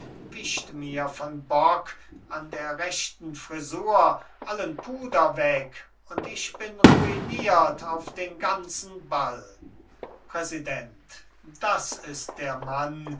wischt mir von bock an der rechten frisur allen puder weg und ich bin ruiniert auf den ganzen ball präsident das ist der mann